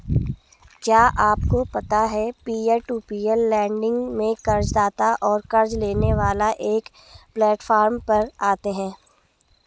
क्या आपको पता है पीयर टू पीयर लेंडिंग में कर्ज़दाता और क़र्ज़ लेने वाला एक प्लैटफॉर्म पर आते है?